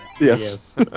Yes